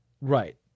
Right